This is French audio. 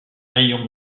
rayon